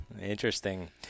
interesting